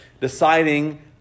deciding